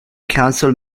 council